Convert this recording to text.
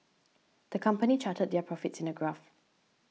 the company charted their profits in a graph